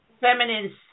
feminine